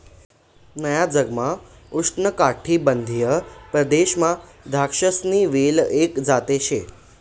नया जगमा उष्णकाटिबंधीय प्रदेशमा द्राक्षसनी वेल एक जात शे